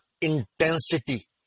intensity